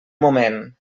moment